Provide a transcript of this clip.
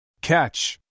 Catch